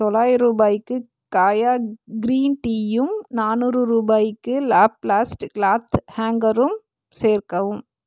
தொள்ளாயிரம் ரூபாய்க்கு Kaya green tea யும் நானூறு ரூபாய்க்கு லாப்ளாஸ்ட் கிளாத் ஹேங்கரும் சேர்க்கவும்